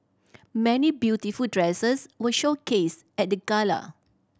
many beautiful dresses were showcased at the gala